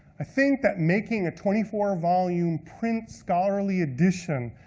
i think that making a twenty four volume print scholarly edition